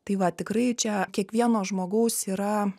tai va tikrai čia kiekvieno žmogaus yra